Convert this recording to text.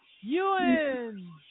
Ewan